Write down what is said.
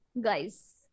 Guys